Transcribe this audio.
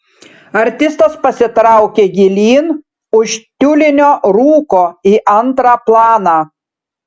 artistas pasitraukė gilyn už tiulinio rūko į antrą planą